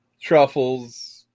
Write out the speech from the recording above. truffles